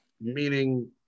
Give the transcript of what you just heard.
Meaning